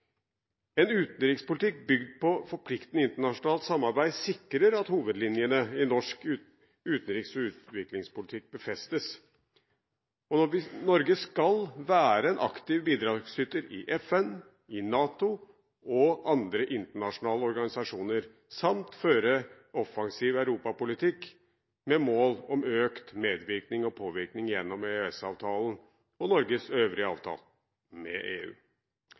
En utenrikspolitikk bygd på forpliktende internasjonalt samarbeid sikrer at hovedlinjene i norsk utenriks- og utviklingspolitikk befestes. Og Norge skal være en aktiv bidragsyter – i FN, i NATO og i andre internasjonale organisasjoner – samt føre en offensiv europapolitikk med mål om økt medvirkning og påvirkning gjennom EØS-avtalen og Norges øvrige avtaler med EU.